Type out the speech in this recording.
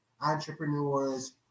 entrepreneurs